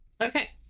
Okay